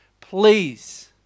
Please